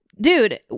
dude